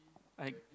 I